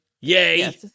Yay